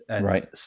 Right